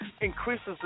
increases